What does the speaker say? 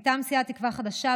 מטעם סיעת תקווה חדשה,